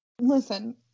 Listen